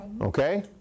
Okay